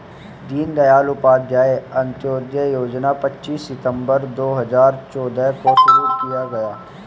दीन दयाल उपाध्याय अंत्योदय योजना पच्चीस सितम्बर दो हजार चौदह को शुरू किया गया